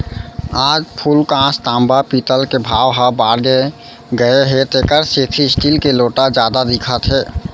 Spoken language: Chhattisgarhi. आज फूलकांस, तांबा, पीतल के भाव ह बाड़गे गए हे तेकर सेती स्टील के लोटा जादा दिखत हे